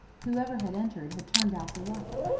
whoever had entered had turned out the light.